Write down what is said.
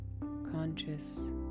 conscious